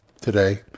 today